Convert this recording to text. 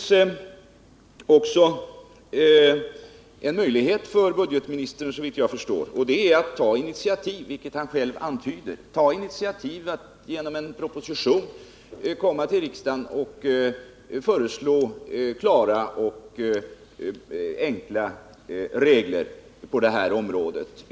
Såvitt jag förstår har budgetministern trots allt en möjlighet att göra någonting här — det antydde han också själv — och det är att ta initiativ till i en proposition, och föreslå riksdagen att klara och enkla regler införs på det här området.